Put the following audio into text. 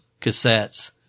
cassettes